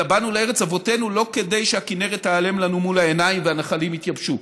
באנו לארץ אבותינו לא כדי שהכינרת תיעלם לנו מהעין והנחלים יתייבשו,